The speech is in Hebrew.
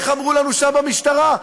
איך אמרו לנו שם במשטרה?